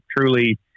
truly